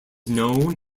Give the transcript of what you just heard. known